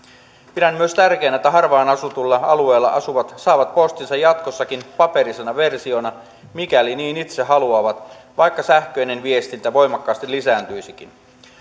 pidän myös tärkeänä että harvaan asutulla alueella asuvat saavat postinsa jatkossakin paperisena versiona mikäli niin itse haluavat vaikka sähköinen viestintä voimakkaasti lisääntyisikin